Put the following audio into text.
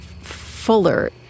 fuller